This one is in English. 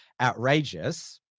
outrageous